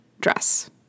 dress